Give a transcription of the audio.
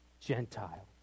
Gentile